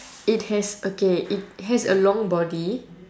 it has okay it has a long body